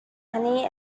honey